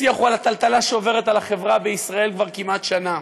השיח הוא על הטלטלה שעוברת על החברה בישראל כבר כמעט שנה.